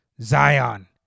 Zion